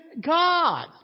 God